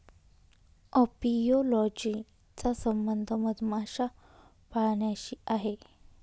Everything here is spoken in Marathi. अपियोलॉजी चा संबंध मधमाशा पाळण्याशी आहे